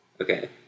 Okay